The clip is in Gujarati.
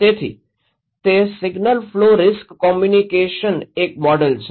તેથી તે સિંગલ ફ્લો રિસ્ક કમ્યુનિકેશન્સનું એક મોડેલ છે